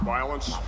Violence